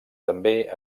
també